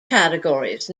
categories